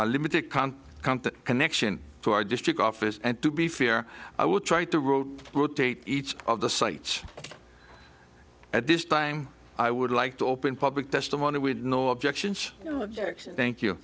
company connection to our district office and to be fair i will try to route rotate each of the sites at this time i would like to open public testimony with no objections thank you